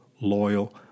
loyal